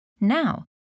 Now